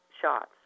shots